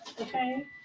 okay